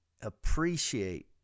appreciate